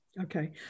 Okay